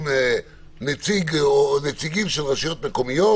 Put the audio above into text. עם נציג או נציגים של רשויות מקומיות